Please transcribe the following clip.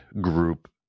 group